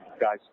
Guys